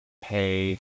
pay